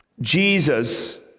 Jesus